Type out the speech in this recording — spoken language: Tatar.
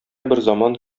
берзаман